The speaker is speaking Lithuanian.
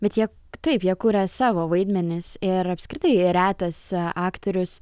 bet jie taip jie kuria savo vaidmenis ir apskritai retas aktorius